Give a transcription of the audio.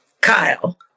Kyle